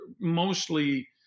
mostly